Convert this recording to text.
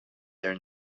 their